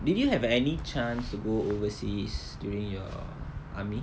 did you have any chance to go overseas during your army